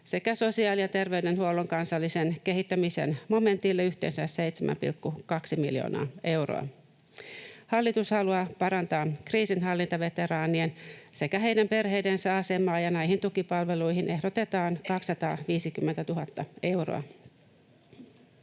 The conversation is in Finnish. sekä sosiaali- ja terveydenhuollon kansallisen kehittämisen momentille yhteensä 7,2 miljoonaa euroa. Hallitus haluaa parantaa kriisinhallintaveteraanien sekä heidän perheidensä asemaa, ja näihin tukipalveluihin ehdotetaan 250 000 euroa.